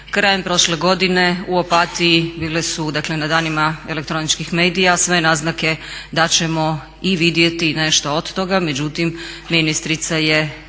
Krajem prošle godine u Opatiji bile su, dakle na danima elektroničkih medija sve naznake da ćemo i vidjeti nešto od toga, međutim ministrica je